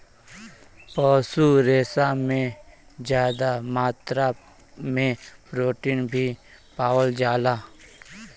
पशु रेसा में जादा मात्रा में प्रोटीन भी पावल जाला